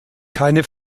keine